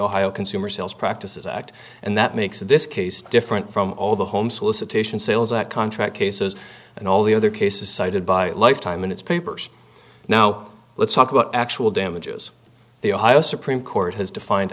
ohio consumer sales practices act and that makes this case different from all the home solicitation sales that contract cases and all the other cases cited by lifetime and its papers now let's talk about actual damages the ohio supreme court has defined